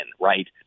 right